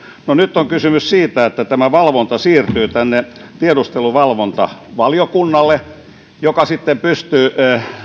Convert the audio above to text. no nyt on kysymys siitä että tämä valvonta siirtyy tiedusteluvalvontavaliokunnalle joka sitten pystyy